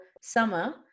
summer